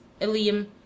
Ilium